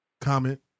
Comment